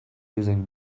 using